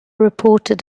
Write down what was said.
reported